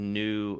new